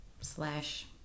slash